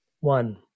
one